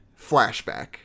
flashback